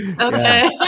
Okay